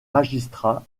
magistrat